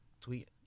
tweet